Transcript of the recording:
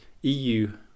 EU